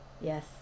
Yes